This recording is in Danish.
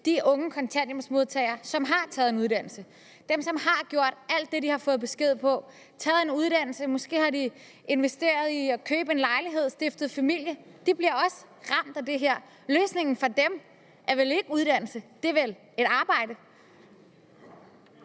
de unge kontanthjælpsmodtagere, som har taget en uddannelse, dem, som har gjort alt det, de har fået besked på, taget en uddannelse, måske investeret i en lejlighed og stiftet familie; de bliver også ramt af det her. Løsningen for dem er vel ikke uddannelse, det er vel et arbejde.